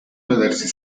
vedersi